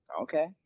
Okay